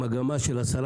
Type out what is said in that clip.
האם המגמה של השרה